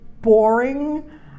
boring